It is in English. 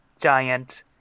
Giant